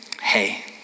hey